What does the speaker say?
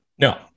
No